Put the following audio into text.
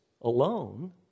alone